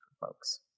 folks